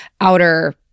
outer